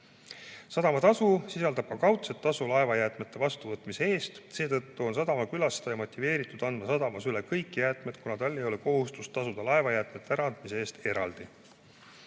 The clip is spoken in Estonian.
Sadamatasu sisaldab ka kaudset tasu laevajäätmete vastuvõtmise eest. Seetõttu on sadamakülastaja motiveeritud andma sadamas üle kõik jäätmed, kuna tal ei ole kohustust laevajäätmete äraandmise eest eraldi